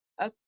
okay